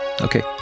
okay